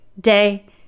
day